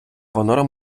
понуро